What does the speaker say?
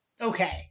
Okay